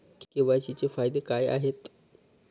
KYC चे फायदे काय आहेत?